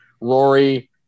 Rory